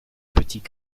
petits